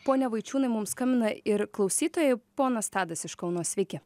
pone vaičiūnai mums skambina ir klausytojai ponas tadas iš kauno sveiki